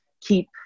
keep